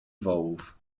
wołów